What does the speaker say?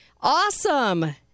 Awesome